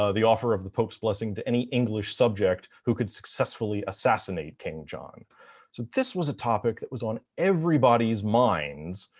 ah the offer of the pope's blessing to any english subject who could successfully assassinate king john. so this was a topic that was on everybody's minds,